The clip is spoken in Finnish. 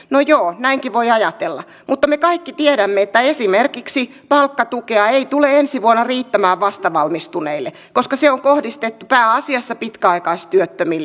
no joo näinkin voi ajatella mutta me kaikki tiedämme että esimerkiksi palkkatukea ei tule ensi vuonna riittämään vastavalmistuneille koska se on kohdistettu pääasiassa pitkäaikaistyöttömille